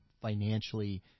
financially